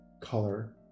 color